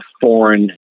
foreign